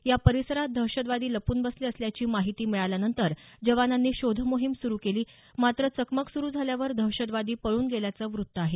या परिसरात दहशतवादी लपून बसले असल्याची माहिती मिळाल्यानंतर जवानांनी शोधमोहीम सुरु केली मात्र चकमक सुरू झाल्यावर दहशतवादी पळून गेल्याचं वृत्त आहे